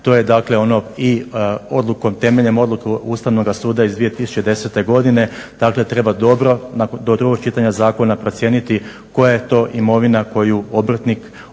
to je dakle ono i odlukom, i temeljem odluke Ustavnoga suda iz 2010. godine, dakle treba dobro do drugog čitanja zakona procijeniti koja je to imovina koju obrtnik unosi